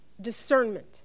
discernment